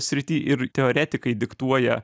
srity ir teoretikai diktuoja